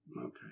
Okay